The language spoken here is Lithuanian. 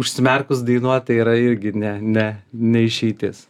užsimerkus dainuot tai yra irgi ne ne ne išeitis